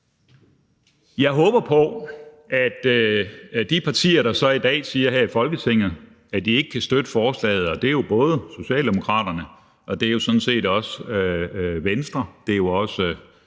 Jeg håber på, at de partier, der så i dag siger her i Folketinget, at de ikke kan støtte forslaget – det er både Socialdemokraterne, og det er jo sådan set også Venstre og,